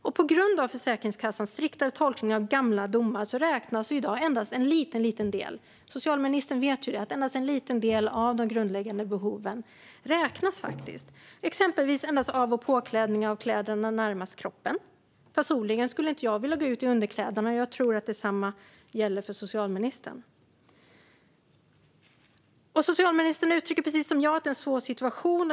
Och på grund av Försäkringskassans striktare tolkning av gamla domar räknas i dag endast en liten, liten del. Socialministern vet att det endast är en liten del av de grundläggande behoven som räknas. Det är exempelvis endast av och påklädning av kläderna närmast kroppen. Personligen skulle jag inte vilja gå ut i underkläderna, och jag tror att detsamma gäller för socialministern. Socialministern uttrycker precis som jag att det är en svår situation.